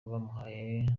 bamuhaye